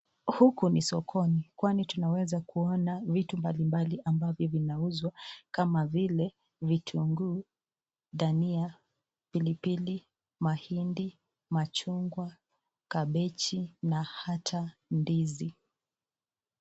Huku ni sokoni ambavyo tunaweza kuona vitu mbali mbali amsvyo vinauzwa kama vile, vitunguu, dhania, pilipili, mahindi, machungwa, kabeji na hata ndizi.